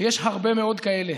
יש הרבה מאוד כאלה,